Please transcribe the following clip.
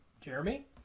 Jeremy